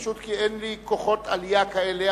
פשוט כי אין לי כוחות עלייה כאלה,